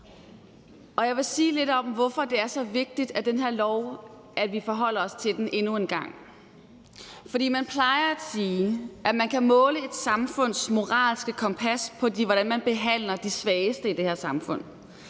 jeg vil sige lidt om, hvorfor det er så vigtigt, at vi forholder os til den her lov endnu en gang. For man plejer at sige, at man kan måle et samfunds moralske kompas på, hvordan man behandler de svageste i samfundet,